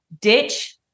ditch